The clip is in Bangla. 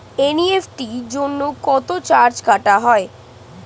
এন.ই.এফ.টি জন্য কত চার্জ কাটা হয়?